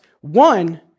one